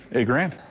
eight grand.